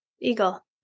Eagle